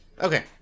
Okay